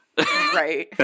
right